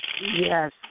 Yes